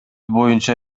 боюнча